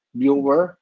viewer